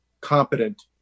competent